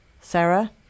Sarah